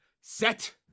set